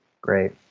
Great